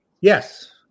yes